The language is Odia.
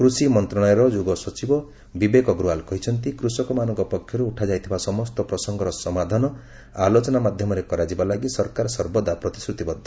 କୃଷି ମନ୍ତ୍ରଣାଳୟର ଯୁଗ୍ମ ସଚିବ ବିବେକ ଅଗ୍ରୱାଲ୍ କହିଛନ୍ତି କୃଷକମାନଙ୍କ ପକ୍ଷରୁ ଉଠାଯାଇଥିବା ସମସ୍ତ ପ୍ରସଙ୍ଗର ସମାଧାନ ଆଲୋଚନା ମାଧ୍ୟମରେ କରାଯିବା ଲାଗି ସରକାର ସର୍ବଦା ପ୍ରତିଶ୍ରତିବଦ୍ଧ